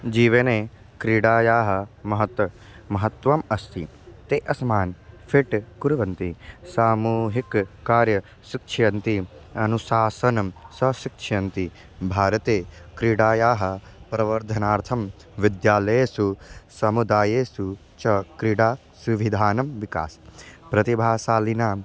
जीवने क्रीडायाः महत्त्वं महत्त्वम् अस्ति ताः अस्मान् फ़िट् कुर्वन्ति सामूहिककार्यं शिक्षयन्ति अनुशासनं च शिक्षयन्ति भारते क्रीडायाः प्रवर्धनार्थं विद्यालयेषु समुदायेषु च क्रीडासुविधानां विकासः प्रतिभाशालिनां